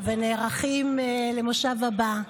ונערכים למושב הבא.